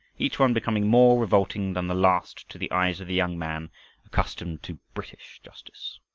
each one becoming more revolting than the last to the eyes of the young man accustomed to british justice.